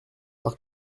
par